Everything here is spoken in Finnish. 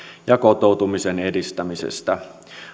ja kotoutumisen edistämisestä